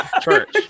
Church